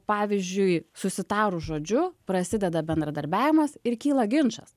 pavyzdžiui susitarus žodžiu prasideda bendradarbiavimas ir kyla ginčas